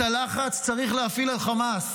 את הלחץ צריך להפעיל על חמאס.